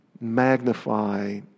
magnify